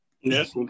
Yes